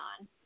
on